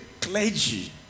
clergy